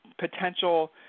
potential